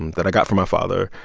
that i got from my father.